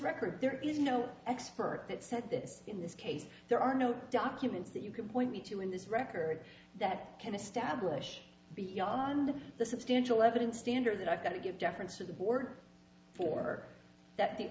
record there is no expert that says that in this case there are no documents that you can point to in this record that can establish beyond the substantial evidence standard that i've got to give deference to the board for that